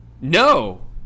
No